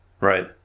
Right